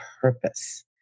purpose